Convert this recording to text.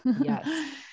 Yes